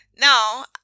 Now